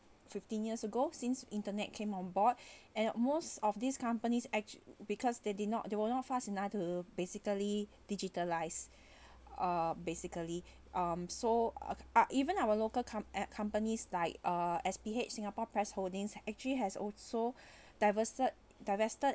fifteen years ago since internet came on board and most of these companies actua~ because they did not they will not fast enough to basically digitalize uh basically um so uh even our local come at companies like uh S_P_H singapore press holdings actually has also divested divested